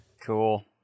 Cool